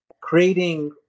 creating